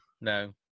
no